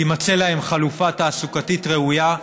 תימצא להם חלופה תעסוקתית ראויה.